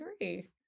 agree